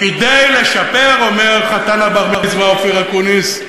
"כדי לשפר" אומר חתן הבר-מצווה אופיר אקוניס,